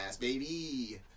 baby